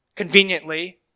conveniently